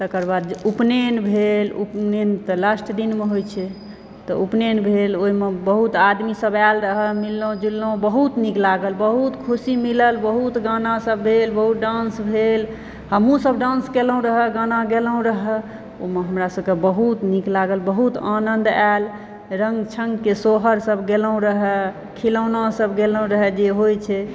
तकर बाद जे उपनयन भेल उपनयन तऽ लास्ट दिनमे होयत छै तऽ उपनयन भेल ओहिमऽ बहुत आदमीसभ आयल रहऽ मिललहुँ जुललहुँ बहुत नीक लागल बहुत खुशी मिलल बहुत गानासभ भेल बहुत डान्स भेल हमहुँसभ डान्स केलहुँ रहऽ गाना गेलहुँ रहऽ ओमऽ हमरा सभके बहुत नीक लागल बहुत आनद आयल रङ्ग छङ्गके सोहरसभ गेलय रहऽ खिलौनोसभ गेलय रहऽ जे होयत छै